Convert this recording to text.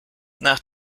nach